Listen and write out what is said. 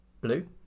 blue